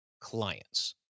clients